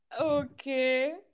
Okay